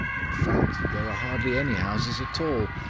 in fact, there are hardly any houses at all.